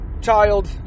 child